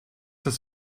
das